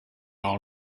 all